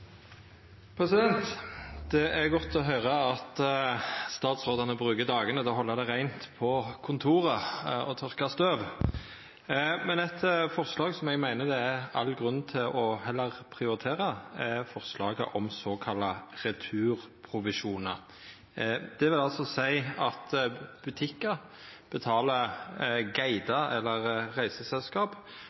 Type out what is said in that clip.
godt å høyra at statsrådane brukar dagane til å halda det reint på kontoret og tørka støv. Eit forslag som eg meiner det er all grunn til heller å prioritera, er forslaget om såkalla returprovisjonar. Det vil seia at butikkar betalar guidar eller reiseselskap